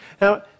Now